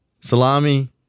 Salami